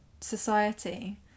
society